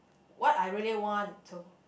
what I really want to